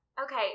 Okay